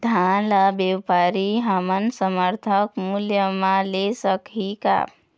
धान ला व्यापारी हमन समर्थन मूल्य म ले सकही का?